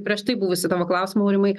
prieš tai buvusį tavo klausimą aurimai